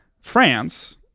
France